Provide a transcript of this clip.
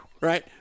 Right